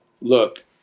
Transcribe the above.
look